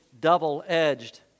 double-edged